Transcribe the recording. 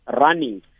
running